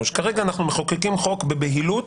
אנחנו מחוקקים חוק בבהילות